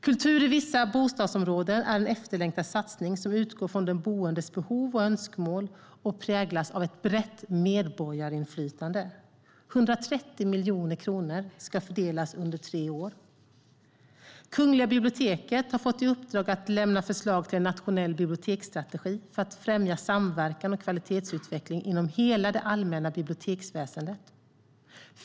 Kultur i vissa bostadsområden är en efterlängtad satsning som utgår från de boendes behov och önskemål och präglas av ett brett medborgarinflytande. 130 miljoner kronor ska fördelas under tre år. Kungliga biblioteket har fått i uppdrag att lämna förslag till en nationell biblioteksstrategi för att främja samverkan och kvalitetsutveckling inom hela det allmänna biblioteksväsendet.